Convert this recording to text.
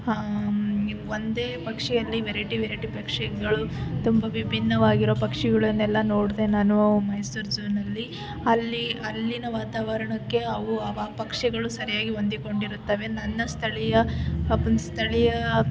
ಒಂದೇ ಪಕ್ಷಿಯಲ್ಲಿ variety variety ಪಕ್ಷಿಗಳು ತುಂಬ ವಿಭಿನ್ನವಾಗಿರೋ ಪಕ್ಷಿಗಳನ್ನೆಲ್ಲ ನೋಡಿದೆ ನಾನು ಮೈಸೂರು ಝೂನಲ್ಲಿ ಅಲ್ಲಿ ಅಲ್ಲಿನ ವಾತಾವರ್ಣಕ್ಕೆ ಅವು ಅವು ಪಕ್ಷಿಗಳು ಸರಿಯಾಗಿ ಹೊಂದಿಕೊಂಡಿರುತ್ತವೆ ನನ್ನ ಸ್ಥಳೀಯ ಸ್ಥಳೀಯ